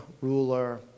ruler